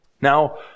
Now